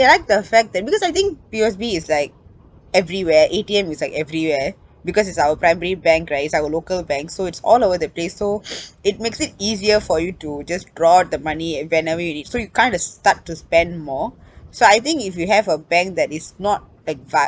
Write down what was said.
like the fact that because I think P_O_S_B is like everywhere A_T_M is like everywhere because it's our primary bank right it's our local bank so it's all over the place so it makes it easier for you to just draw the money whenever you need so you kind of start to spend more so I think if you have a bank that is not like v~